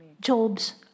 jobs